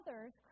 others